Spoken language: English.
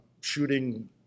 shooting